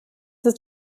ist